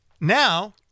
Now